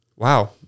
Wow